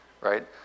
right